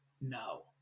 no